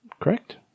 correct